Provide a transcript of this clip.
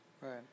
Right